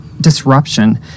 disruption